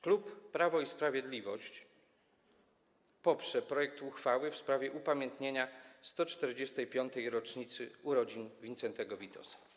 Klub Prawo i Sprawiedliwość poprze projekt uchwały w sprawie upamiętnienia 145. rocznicy urodzin Wincentego Witosa.